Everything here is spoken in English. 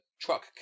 Truck